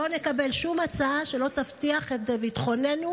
לא נקבל שום הצעה שלא תבטיח את ביטחוננו.